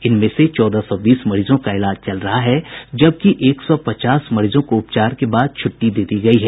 इनमें से चौदह सौ बीस मरीजों का इलाज चल रहा है जबकि एक सौ पचास मरीजों को उपचार के बाद छुट्टी दे दी गयी है